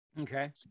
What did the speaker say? Okay